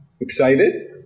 Excited